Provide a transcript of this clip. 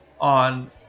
on